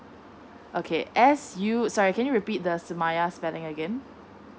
okay S U~ sorry can you repeat the sumayya spelling again